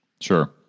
Sure